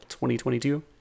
2022